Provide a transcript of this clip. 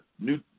New